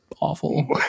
awful